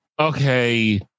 Okay